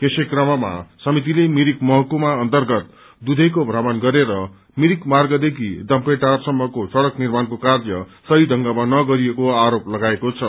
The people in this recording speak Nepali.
यसै क्रममा समितिले मिरिक महकुमा अन्तर्गत दुवेको भ्रमण गरेर मिरिक मागदेखि डम्फेटारसम्मको सड़क निर्माणको कार्य सक्षी एगमा नगरिएको आरोप लगाएको छ